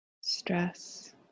stress